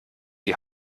die